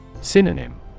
Synonym